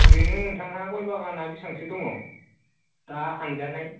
ओरैनो नोंथाङा गय बागाना बेसांसो दङ दा हानजानाय